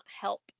help